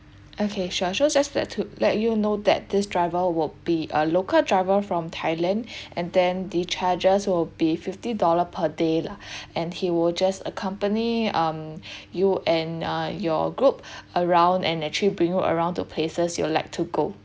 okay sure so just let to let you know that this driver would be a local driver from thailand and then the charges will be fifty dollar per day lah and he will just accompany um you and uh your group around and actually bring you around to places you would like to go